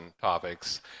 topics